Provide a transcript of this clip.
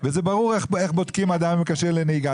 וברור איך בודקים אדם אם הוא כשיר או לא כשיר לנהיגה.